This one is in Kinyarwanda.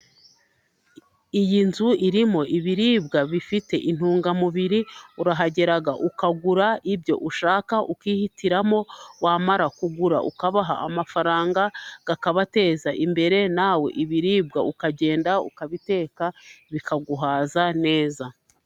Iyi nzu irimo ibiribwa bifite intungamubiri, urahagera ukagura ibyo ushaka, ukihitiramo, wamara kugura ukabaha amafaranga, akabateza imbere, nawe ibiribwa ukagenda ukabiteka bikaguhaza neza.